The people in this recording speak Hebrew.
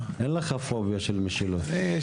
יש